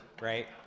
right